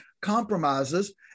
compromises